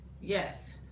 Yes